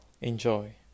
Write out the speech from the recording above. Enjoy